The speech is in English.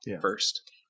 first